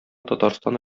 татарстан